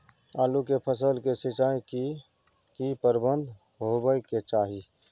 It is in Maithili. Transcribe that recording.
आलू के फसल के सिंचाई के की प्रबंध होबय के चाही?